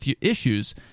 issues